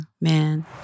man